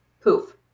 poof